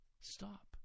stop